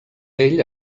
ell